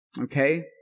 okay